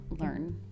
learn